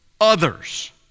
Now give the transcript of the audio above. others